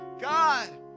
God